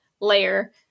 layer